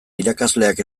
irakaslek